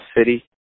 city